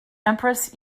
empress